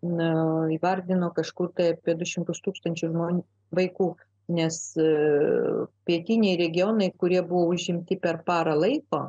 na o įvardino kažkur tai du šimtus tūkstančių vaikų nes pietiniai regionai kurie buvo užimti per parą laiko